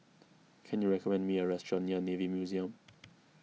can you recommend me a restaurant near Navy Museum